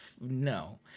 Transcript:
no